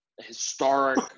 historic